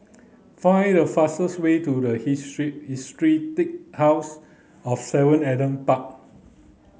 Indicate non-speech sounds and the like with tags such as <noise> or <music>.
find the fastest way to <unintelligible> House of seven Adam Park